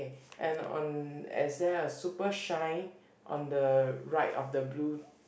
okay and on is there a super shine on the right of the blue